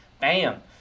Bam